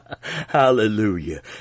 Hallelujah